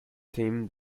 team